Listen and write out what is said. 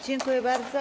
Dziękuję bardzo.